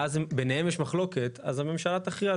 ואז ביניהם יש מחלוקת, אז הממשלה תכריע.